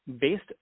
based